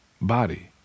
body